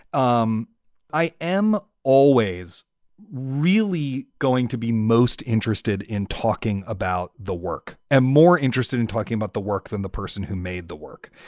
um i am always really going to be most interested in talking about the work and more interested in talking about the work than the person who made the work.